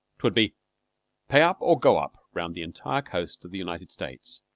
twould be pay up or go up round the entire coast of the united states.